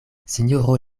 sinjoro